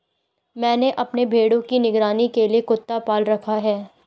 मैंने अपने भेड़ों की निगरानी के लिए कुत्ता पाल रखा है